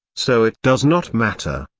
so it does not matter.